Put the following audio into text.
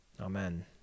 Amen